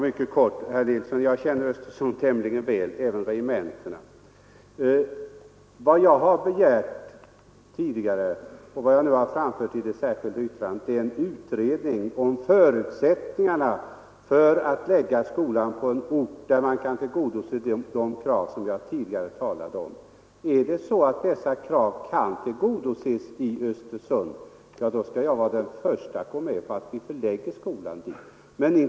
Herr talman! Herr Nilsson, jag känner Östersund tämligen väl, även regementena. Vad jag har begärt tidigare och vad jag nu har begärt i ett särskilt yttrande är en utredning om förutsättningarna för att förlägga skolan till en ort där man kan tillgodose de krav som det tidigare har talats om. Om dessa krav kan tillgodoses i Östersund, skall jag vara den förste att gå med på att vi förlägger skolan dit.